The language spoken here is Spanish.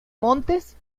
montes